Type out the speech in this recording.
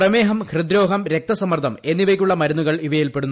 പ്രമേഹം ഹൃദ്രോഗം രക്ത സമ്മർദ്ദം എന്നിവയ്ക്കുള്ള മരുന്നുകൾ ഇവയിൽപ്പെടു